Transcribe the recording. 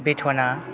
बेथना